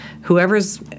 whoever's